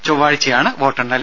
ചൊവ്വാഴ്ചയാണ് വോട്ടണ്ണൽ